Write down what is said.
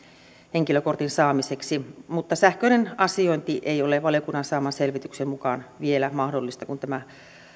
henkilökortin saamiseksi mutta sähköinen asiointi ei ole valiokunnan saaman selvityksen mukaan vielä mahdollista kun tämä